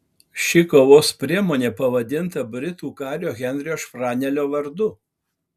ši kovos priemonė pavadinta britų kario henrio šrapnelio vardu